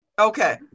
Okay